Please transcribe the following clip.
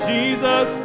Jesus